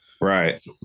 right